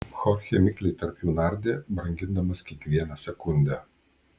chorchė mikliai tarp jų nardė brangindamas kiekvieną sekundę